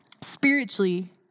spiritually